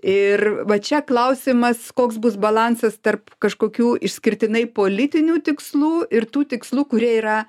ir va čia klausimas koks bus balansas tarp kažkokių išskirtinai politinių tikslų ir tų tikslų kurie yra